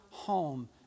home